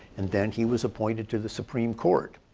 and then he was appointed to the supreme court.